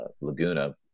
Laguna